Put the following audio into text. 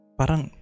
parang